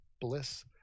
bliss